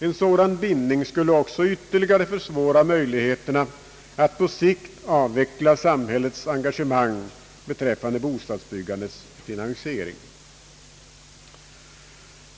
En sådan bindning skulle också ytterligare försvåra möjligheterna att på sikt avveckla samhällets engagemang beträffande bostadsbyggandets finansiering.